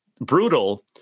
brutal